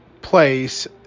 place